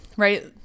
right